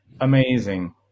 amazing